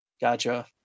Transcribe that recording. Gotcha